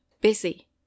Busy